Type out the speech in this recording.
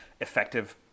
effective